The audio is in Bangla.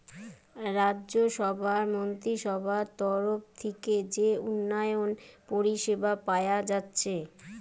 রাজ্যসভার মন্ত্রীসভার তরফ থিকে যে উন্নয়ন পরিষেবা পায়া যাচ্ছে